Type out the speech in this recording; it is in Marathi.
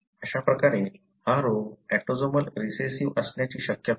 अशा प्रकारे हा रोग ऑटोसोमल रिसेसिव्ह असण्याची शक्यता नाही